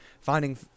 finding